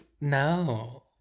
No